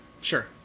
Sure